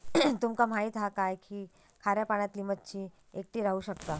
तुमका माहित हा काय की खाऱ्या पाण्यातली मच्छी एकटी राहू शकता